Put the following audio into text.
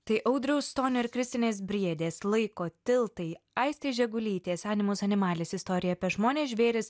tai audriaus stonio ir kristinės briedės laiko tiltai aistės žegulytės animus animalis istorija apie žmones žvėris